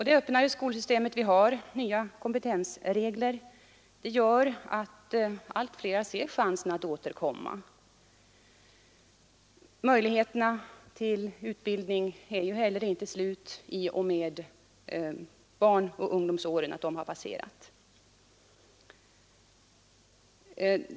Det öppnare skolsystem vi har, med nya kompetensregler, gör att allt fler ser chansen att återkomma. Möjligheterna till utbildning är heller inte slut i och med att barnaoch ungdomsåren passerat.